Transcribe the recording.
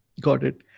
got it.